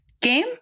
game